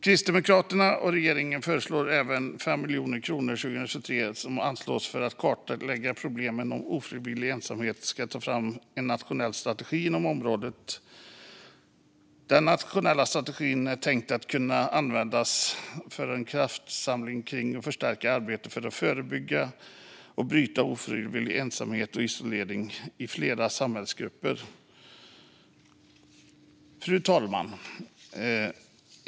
Kristdemokraterna och regeringen föreslår även att 5 miljoner kronor anslås 2023 för att kartlägga problemen med ofrivillig ensamhet och för att ta fram en nationell strategi inom området. Den nationella strategin är tänkt att kunna användas för att kraftsamla och förstärka arbetet med att förebygga och bryta ofrivillig ensamhet och isolering i flera samhällsgrupper. Fru talman!